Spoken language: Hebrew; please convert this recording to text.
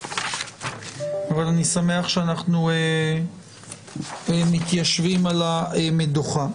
אבל אני שמח שאנחנו מתיישבים על המדוכה.